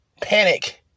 panic